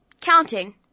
Counting